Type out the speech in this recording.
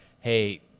hey